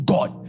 God